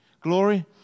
Glory